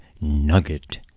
nugget